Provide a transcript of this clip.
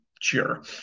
sure